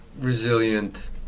resilient